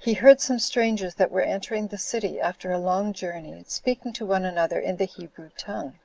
he heard some strangers that were entering the city, after a long journey, speaking to one another in the hebrew tongue